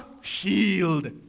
shield